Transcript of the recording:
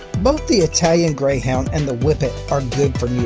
both the italian greyhound and the whippet are good for new